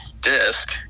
disc